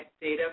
Data